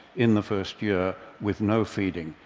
in the first year with no feeding,